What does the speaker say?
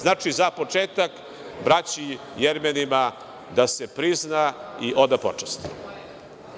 Znači, za početak, braći Jermenima da se prizna i oda počast.